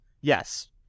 Yes